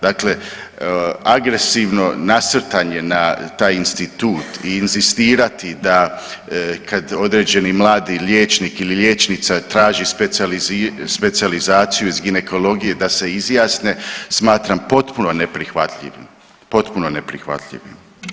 Dakle, agresivno nasrtanje na taj institut i inzistirati da kad određeni mladi liječnik ili liječnica traži specijalizaciju iz ginekologije da se izjasne, smatram potpuno neprihvatljivim, potpuno neprihvatljivim.